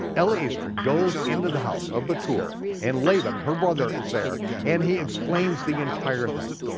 eliezer goes into the house of bethuel and laban, her brother, is there and he explains the entire thing,